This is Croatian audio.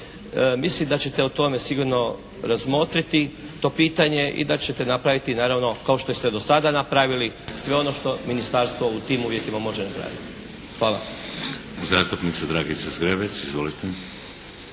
Mislim da ćete o tome sigurno razmotriti to pitanje i da ćete napraviti naravno, kao što ste i dosada napravili sve ono što ministarstvo u tim uvjetima može napraviti. Hvala. **Šeks, Vladimir (HDZ)** Zastupnica Dragica Zgrebec. Izvolite!